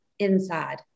Inside